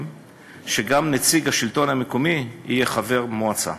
שגם נציג השלטון המקומי יהיה חבר במועצה.